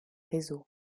réseaux